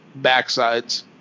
backsides